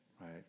right